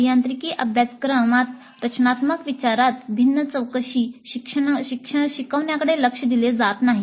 अभियांत्रिकी अभ्यासक्रमात रचनात्मक विचारात भिन्न चौकशी शिकवण्याकडे लक्ष दिले जात नाही